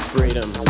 Freedom